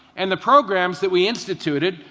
and the programs that we instituted,